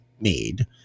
made